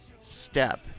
Step